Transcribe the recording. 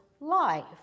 life